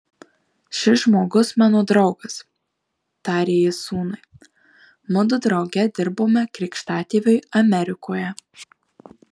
šis žmogus mano draugas tarė jis sūnui mudu drauge dirbome krikštatėviui amerikoje